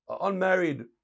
unmarried